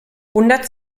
wundert